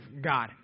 God